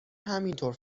همینطور